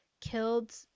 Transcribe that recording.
killed